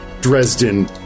Dresden